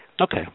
Okay